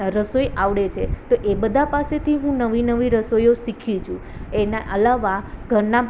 રસોઇ આવડે છે તો એ બધાં પાસેથી હું નવી નવી રસોઇઓ શીખી છું એના અલાવા ઘરના